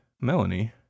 Melanie